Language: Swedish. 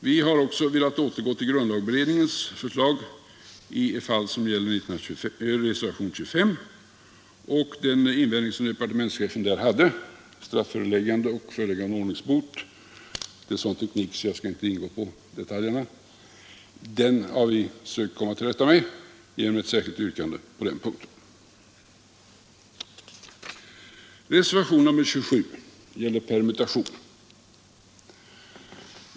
Vi har också velat återgå till grundlagberedningens förslag i fall som redovisas i reservationen 25. Den invändning som departementschefen gör genom att hänvisa till gällande regler om strafföreläggande och föreläggande om ordningsbot — det är så tekniska saker att jag här inte skall ingå på detaljerna — har vi försökt kommat till rätta med genom ett särskilt yrkande på den punkten. Reservationen 27 gäller permutation.